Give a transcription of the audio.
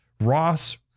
Ross